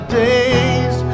days